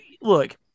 look